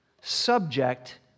subject